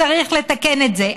וצריך לתקן את זה",